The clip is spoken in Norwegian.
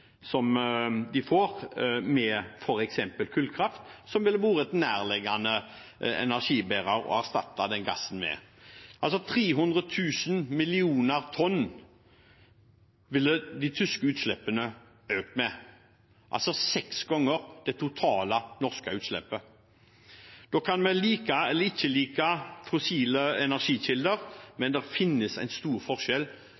med f.eks. kullkraft, som ville vært en nærliggende energibærer å erstatte denne gassen med. 300 000 millioner tonn ville de tyske utslippene økt med, altså seks ganger det totale norske utslippet. Vi kan like eller ikke like fossile energikilder,